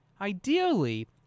ideally